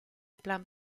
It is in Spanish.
plan